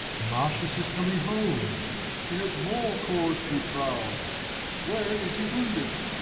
marcius is coming home he has more cause to be proud where is he wounded?